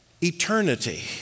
eternity